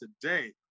today